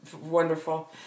wonderful